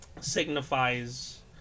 signifies